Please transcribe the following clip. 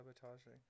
sabotaging